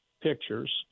pictures